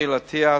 אריאל אטיאס,